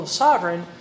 sovereign